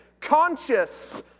conscious